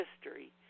history